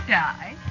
die